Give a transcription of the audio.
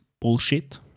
bullshit